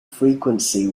frequency